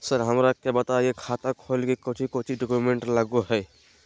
Sir हमरा के बताएं खाता खोले में कोच्चि कोच्चि डॉक्यूमेंट लगो है?